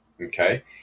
okay